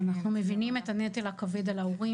אנחנו מבינים את הנטל הכבד על ההורים,